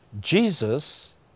Jesus